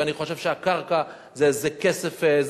ושאני חושב שהקרקע זה איזה כסף,